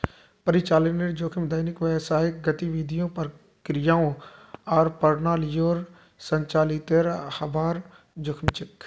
परिचालनेर जोखिम दैनिक व्यावसायिक गतिविधियों, प्रक्रियाओं आर प्रणालियोंर संचालीतेर हबार जोखिम छेक